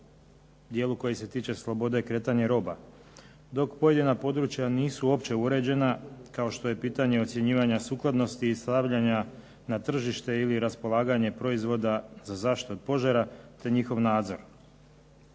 dijelu koji se tiče slobode kretanja roba. Dok pojedina područja nisu uopće uređena, kao što je pitanje ocjenjivanja sukladnosti i stavljanja na tržište ili raspolaganje proizvoda za zaštitu od požara te njihov nadzor,